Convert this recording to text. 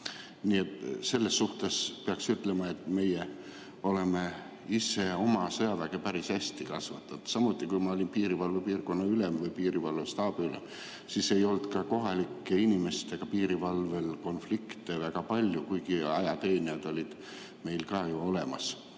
Nii et selles suhtes peaks ütlema, et meie oleme ise oma sõjaväge päris hästi kasvatanud. Samuti, kui ma olin piirivalvepiirkonna ülem või piirivalvestaabi ülem, siis ei olnud ka piirivalvel kohalike inimestega väga palju konflikte, kuigi ajateenijad olid meil ju olemas,